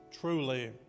truly